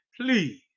Please